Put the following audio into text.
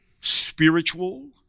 spiritual